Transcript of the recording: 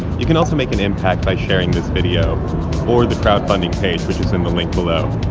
you can also make an impact by sharing this video or the crowdfunding page, which is in the link below.